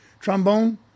Trombone